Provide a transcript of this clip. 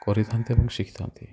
କରିଥାନ୍ତି ଏବଂ ଶିଖିଥାନ୍ତି